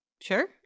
Sure